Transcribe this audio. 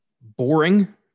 boring